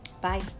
Bye